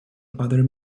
other